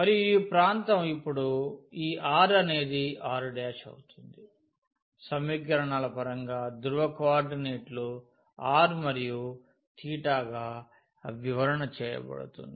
మరియు ఈ ప్రాంతం ఇప్పుడు ఈ R అనేది R అవుతుంది సమీకరణల పరంగా ధ్రువ కోఆర్డినేట్ లు r మరియు గా వివరణ చేయబడుతుంది